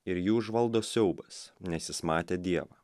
ir jį užvaldo siaubas nes jis matė dievą